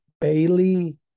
Bailey